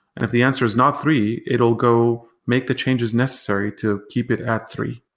if the answer is not three, it'll go make the changes necessary to keep it at three.